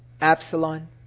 Absalom